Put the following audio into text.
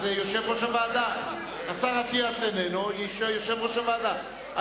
השר אטיאס איננו יושב-ראש הוועדה.